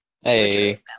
Hey